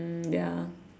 mm ya